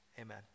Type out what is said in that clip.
amen